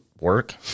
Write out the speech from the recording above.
work